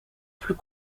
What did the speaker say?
plus